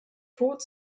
tod